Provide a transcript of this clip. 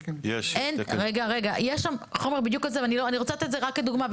יש שם חומר בדיוק על זה ואני רוצה לתת את זה רק כדוגמה.